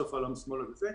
סוף העולם שמאלה וכדומה.